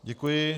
Děkuji.